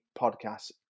podcast